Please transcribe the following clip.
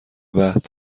بعد